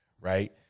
right